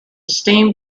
steam